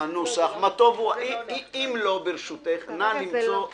הנוסח מה טוב, אם לא נא למצוא מקום.